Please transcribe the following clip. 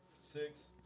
Six